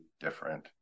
different